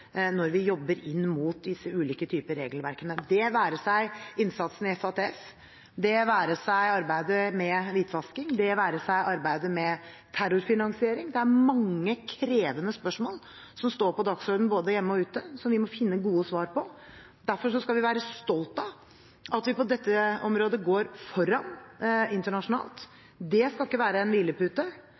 når vi jobber med ulike typer regelverk – det være seg innsatsen i FATF, det være seg arbeidet mot hvitvasking, det være seg arbeidet mot terrorfinansiering. Det er mange krevende spørsmål som står på dagsordenen både hjemme og ute, og som vi må finne gode svar på. Derfor skal vi være stolte av at vi på dette området går foran internasjonalt. Dét skal ikke være en hvilepute,